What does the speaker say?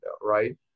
right